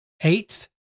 Eighth